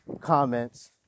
comments